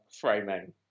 framing